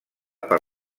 per